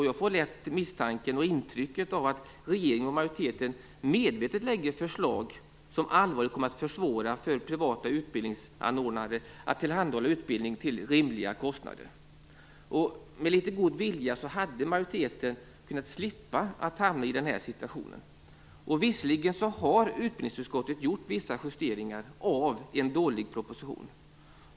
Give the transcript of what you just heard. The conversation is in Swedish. Jag får lätt en misstanke om och ett intryck av att regeringen och majoriteten medvetet lägger fram förslag som allvarligt kommer att försvåra för privata utbildningsanordnare att tillhandahålla utbildning till rimliga kostnader. Med litet god vilja hade majoriteten kunnat slippa att hamna i den här situationen. Visst har utbildningsutskottet gjort vissa justeringar av denna dåliga proposition.